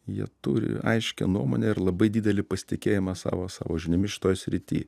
jie turi aiškią nuomonę ir labai didelį pasitikėjimą savo savo žiniomis šitoj srity